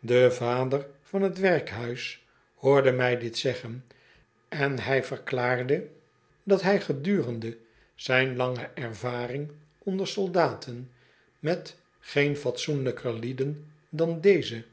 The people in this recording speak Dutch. de vader van t werkhuis hoorde mij dit zeggen en hij verklaarde dat hij gedurende zijn lange ervaring onder soldaten met geen fatsoenlijker lieden dan deze